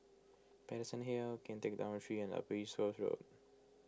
Paterson Hill Kian Teck Dormitory and Upper East Coast Road